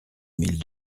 mille